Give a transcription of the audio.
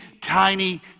tiny